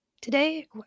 Today